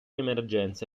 emergenza